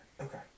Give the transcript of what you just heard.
Okay